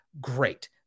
Great